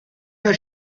the